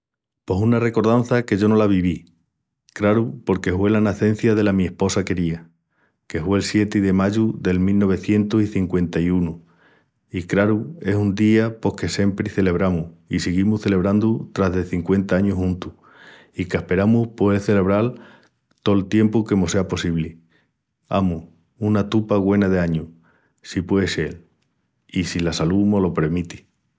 Pos una recordança que yo no la viví, craru, porque hue la nacencia dela mi esposa quería, que hue'l sieti de mayu del mil novecientus i cinqüenta-i-unu. I craru, es un día pos que siempri celebramus i siguimus celebrandu tras de cinqüenta añus juntus i qu'asperamus poel celebral tol tiempu que mos sea possibli. Amus, una tupa güena d'añus, si puei sel i si la salú mo-lo premiti.